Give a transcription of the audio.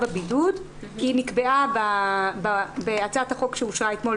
הבידוד נקבעה בהצעת החוק שאושרה אתמול,